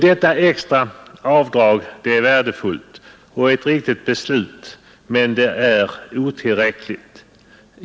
Det extra avdraget är värdefullt, och det var ett riktigt beslut att införa det, men det är otillräckligt.